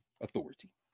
authority